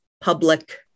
public